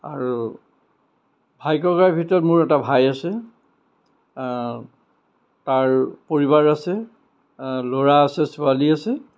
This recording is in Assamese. আৰু ভাই ককাইৰ ভিতৰত মোৰ এটা ভাই আছে তাৰ পৰিবাৰ আছে ল'ৰা আছে ছোৱালী আছে